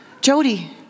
Jody